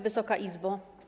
Wysoka Izbo!